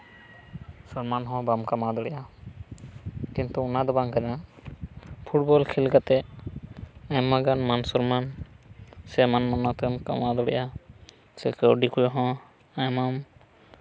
ᱥᱚᱱᱢᱟᱱ ᱦᱚᱸ ᱵᱟᱢ ᱠᱟᱢᱟᱣ ᱫᱟᱲᱮᱭᱟᱜᱼᱟ ᱠᱤᱱᱛᱩ ᱚᱱᱟ ᱫᱚ ᱵᱟᱝ ᱠᱟᱱᱟ ᱯᱷᱩᱴᱵᱚᱞ ᱠᱷᱮᱹᱞ ᱠᱟᱛᱮᱜ ᱟᱭᱢᱟᱜᱟᱱ ᱢᱟᱱ ᱥᱚᱱᱢᱟᱱ ᱥᱮ ᱢᱟᱱ ᱢᱟᱱᱚᱛ ᱮᱢ ᱠᱟᱢᱟᱣ ᱫᱟᱲᱮᱜᱼᱟ ᱥᱮ ᱠᱟᱹᱣᱰᱤ ᱠᱚ ᱦᱚᱸ ᱟᱭᱢᱟᱢ